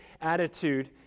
attitude